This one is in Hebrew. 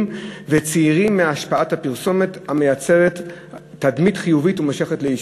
והצעירים מהשפעת הפרסומת המייצרת תדמית חיובית ומושכת לעישון.